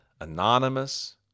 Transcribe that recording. anonymous